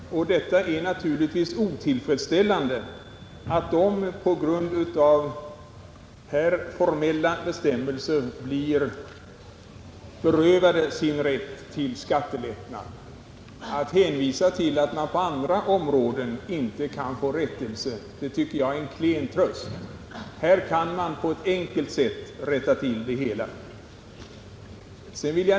Herr talman! Jag tycker att fru Holmqvist bortsåg från det faktum att åtskilliga skattskyldiga försummar att lämna in ansökan i tid. Detta faktum har vi kunnat konstatera under en följd av år. Det är naturligtvis otillfredsställande att dessa skattskyldiga på grund av formella bestämmelser blir berövade sin rätt till skattelättnad. Att det hänvisas till att man på andra områden inte kan få rättelse tycker jag är en klen tröst. Här kan man på ett enkelt sätt rätta till det hela.